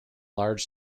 large